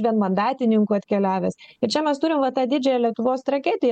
vienmandatininkų atkeliavęs ir čia mes turim va tą didžiąją lietuvos tragediją